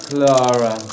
Clara